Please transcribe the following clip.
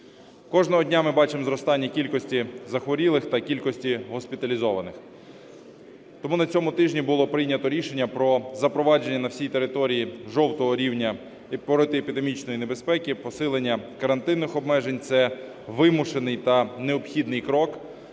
Кожного дня ми бачимо зростання кількості захворілих та кількості госпіталізованих. Тому на цьому тижні було прийнято рішення про запровадження на всій території жовтого рівня протиепідемічної небезпеки, посилення карантинних обмежень – це вимушений необхідний крок,